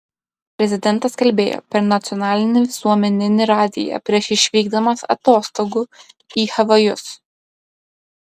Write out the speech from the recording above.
prezidentas kalbėjo per nacionalinį visuomeninį radiją prieš išvykdamas atostogų į havajus